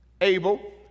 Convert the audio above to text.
Abel